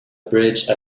bridge